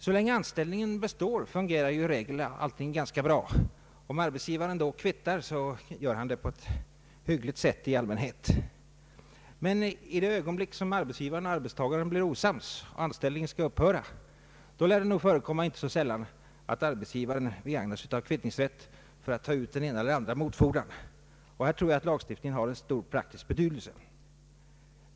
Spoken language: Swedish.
Så länge anställningen består, fungerar ju i regel allting ganska bra. Om arbetsgivaren då kvittar, gör han det i allmänhet på ett hyggligt sätt. Men i det ögonblick då arbetsgivaren och arbetstagaren blir osams och anställningen skall upphöra lär det nog inte så sällan förekomma att arbetsgivaren begagnar sig av kvittningsrätten för att ta ut den ena eller andra motfordran. Jag tror att lagstiftningen då har en stor praktisk betydelse.